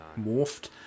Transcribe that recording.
morphed